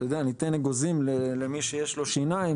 אתה יודע ניתן אגוזים למי שיש לו שיניים,